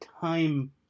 time